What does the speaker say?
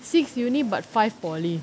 six university but five polytechnic